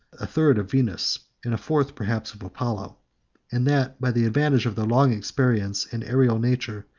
a third of venus, and a fourth perhaps of apollo and that, by the advantage of their long experience and aerial nature,